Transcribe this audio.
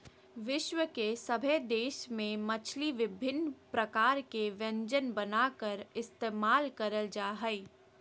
विश्व के सभे देश में मछली विभिन्न प्रकार के व्यंजन बनाकर इस्तेमाल करल जा हइ